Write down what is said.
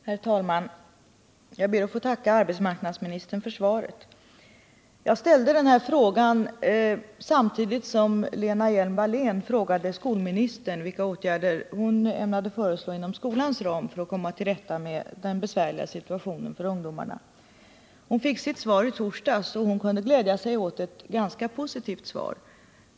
Herr talman! Jag ber att få tacka arbetsmarknadsministern för svaret. Jag ställde den här frågan samtidigt som Lena Hjelm-Wallén frågade skolministern vilka åtgärder hon ämnade föreslå inom skolans ram för att komma till rätta med den besvärliga situationen för ungdomarna. Lena Hjelm-Wallén fick sitt svar i torsdags, och hon kunde glädja sig åt ett ganska positivt svar.